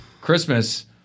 Christmas